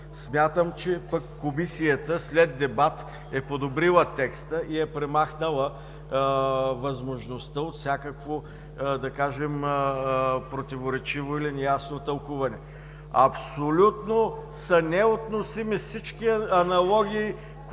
Смятам, че Комисията след дебат е подобрила текста и е премахнала възможността от всякакво, да кажем, противоречиво или неясно тълкуване. Абсолютно са неотносими всички аналогии,